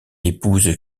épouse